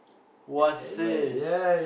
!wahseh!